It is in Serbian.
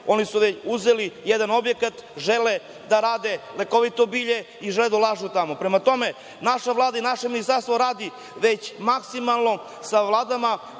u Svrljigu uzeli jedan objekat, žele da rade lekovito bilje i žele da ulažu tamo. Prema tome, naša Vlada i naše ministarstvo radi već maksimalno sa vladama